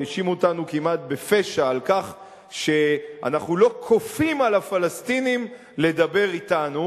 והאשימו אותנו כמעט בפשע על כך שאנחנו לא כופים על הפלסטינים לדבר אתנו,